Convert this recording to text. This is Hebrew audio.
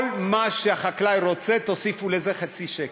כל מה שהחקלאי רוצה, תוסיפו לזה חצי שקל.